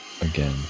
again